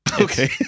Okay